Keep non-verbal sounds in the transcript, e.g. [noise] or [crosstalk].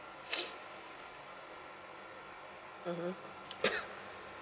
[noise] mmhmm [coughs]